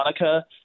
Monica